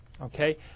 okay